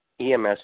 EMS